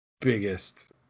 biggest